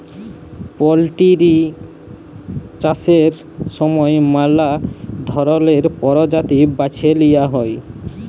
poultry চাষের সময় ম্যালা ধরলের পরজাতি বাছে লিঁয়া হ্যয়